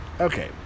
Okay